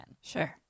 Sure